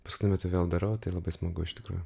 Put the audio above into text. paskutiniu metu vėl darau tai labai smagu iš tikrųjų